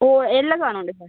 ഓഹ് എല്ലാ സാധനവും ഉണ്ട് സാർ